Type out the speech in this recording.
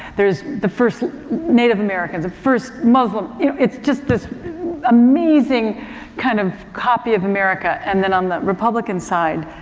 there's the first native americans, the first muslim. you know, it's just this amazing kind of copy of america and then on the republican side,